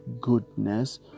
goodness